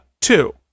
Two